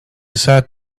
sat